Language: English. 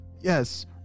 Yes